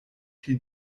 pli